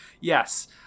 Yes